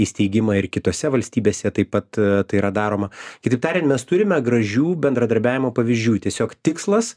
įsteigimą ir kitose valstybėse taip pat tai yra daroma kitaip tarian mes turime gražių bendradarbiavimo pavyzdžių tiesiog tikslas